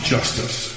Justice